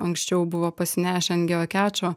anksčiau buvo pasinešę an geokečo